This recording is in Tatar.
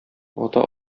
ата